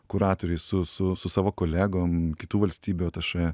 kuratoriais su su su savo kolegom kitų valstybių atašė